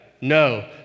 No